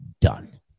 done